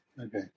Okay